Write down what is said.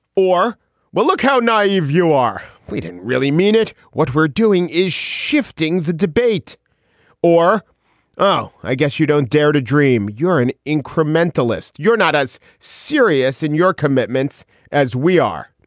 or well, look how naive you are. we didn't really mean it. what we're doing is shifting the debate or oh, i guess you don't dare to dream urin incrementalist. you're not as serious in your commitments as we are.